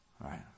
Right